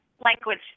language